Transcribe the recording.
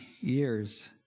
years